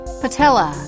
patella